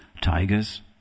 Tigers